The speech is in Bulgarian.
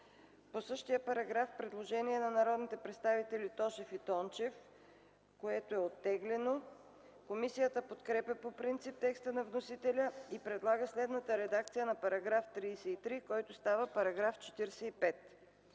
По същия параграф има предложение на народните представители Тошев и Тончев, което е оттеглено. Комисията подкрепя по принцип текста на вносителя и предлага следната редакция на § 33, който става § 45: „§ 45.